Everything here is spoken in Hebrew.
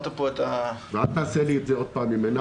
אל תעשה לי את זה עוד פעם עם מנחם.